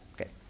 Okay